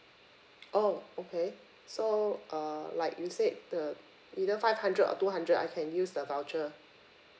oh okay so uh like you said the either five hundred or two hundred I can use the voucher